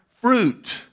fruit